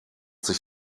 sich